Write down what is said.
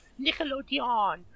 Nickelodeon